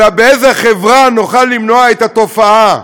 אלא באיזו חברה נוכל למנוע את התופעה.